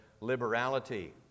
liberality